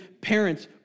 parents